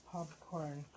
Popcorn